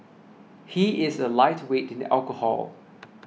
he is a lightweight in alcohol